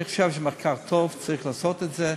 אני חושב שמחקר טוב וצריך לעשות את זה.